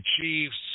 Chiefs